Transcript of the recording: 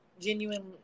genuine